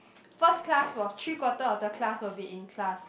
first class was three quarter of the class will be in class